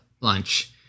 lunch